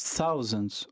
thousands